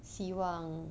希望